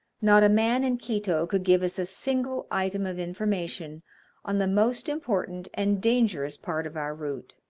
not a man in quito could give us a single item of information on the most important and dangerous part of our route.